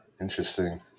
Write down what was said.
Interesting